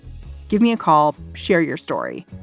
give me a call. share your story.